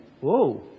Whoa